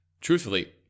truthfully